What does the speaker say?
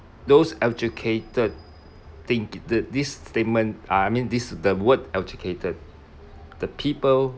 those educated think that this statement ah I mean this the word educated the people